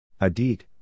Adit